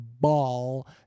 ball